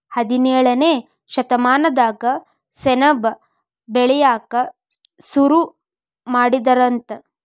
ಹದಿನೇಳನೇ ಶತಮಾನದಾಗ ಸೆಣಬ ಬೆಳಿಯಾಕ ಸುರು ಮಾಡಿದರಂತ